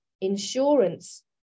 insurance